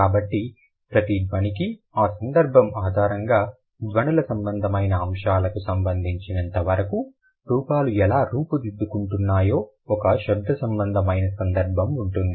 కాబట్టి ప్రతి ధ్వనికి ఆ సందర్భం ఆధారంగా ధ్వనుల సంబంధమైన అంశాలకు సంబంధించినంత వరకు రూపాలు ఎలా రూపుదిద్దుకుంటున్నాయో ఒక శబ్దసంబంధమైన సందర్భం ఉంటుంది